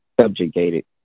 subjugated